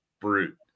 brute